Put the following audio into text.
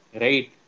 Right